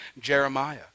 Jeremiah